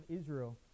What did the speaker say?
Israel